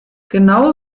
genau